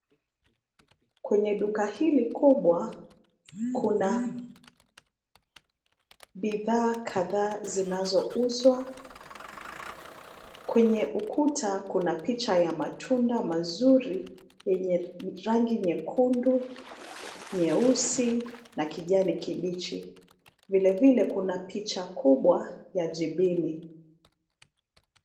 Kwenye duka hili kubwa, kuna bidhaa kadhaa zinazouzwa. Kwenye ukuta kuna picha ya matunda mazuri yenye rangi nyekundu, nyeusi na kijani kibichi. Vile vile kuna picha kubwa ya jibini.